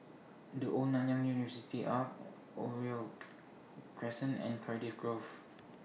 The Old Nanyang University Arch Oriole Crescent and Cardiff Grove